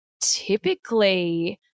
typically